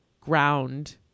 ground